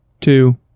two